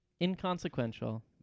inconsequential